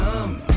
come